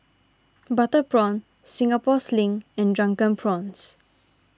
Butter Prawn Singapore Sling and Drunken Prawns